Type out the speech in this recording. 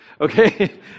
Okay